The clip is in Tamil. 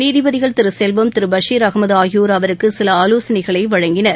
நீதிபதிகள் திரு செல்வம் திரு பஷீர் அமத் ஆகியோர் அவருக்கு சில ஆலோசனைகளை வழங்கினர்